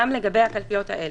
גם לגבי הקלפיות האלה.